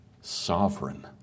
sovereign